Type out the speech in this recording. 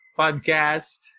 podcast